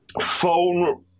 phone